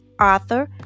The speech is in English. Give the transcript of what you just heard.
author